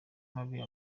mabi